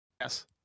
Yes